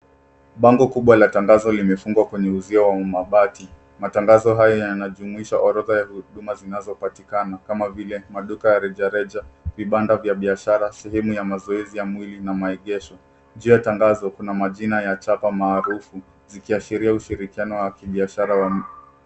Bango kubwa la tangazo limefungwa kwenye uzio wa mabati. Matangazo hayo yanajumuisha orodha ya huduma zinazopatikana kama vile maduka ya rejareja, vibanda vya biashara, sehemu ya mazoezi ya mwili na maegesho. Juu ya tangazo kuna majina ya chapa maarufu zikiashiria ushirikiano wa kibiashara.